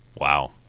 Wow